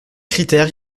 critères